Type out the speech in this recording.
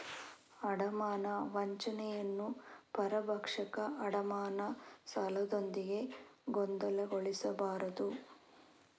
ಅಡಮಾನ ವಂಚನೆಯನ್ನು ಪರಭಕ್ಷಕ ಅಡಮಾನ ಸಾಲದೊಂದಿಗೆ ಗೊಂದಲಗೊಳಿಸಬಾರದು